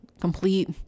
complete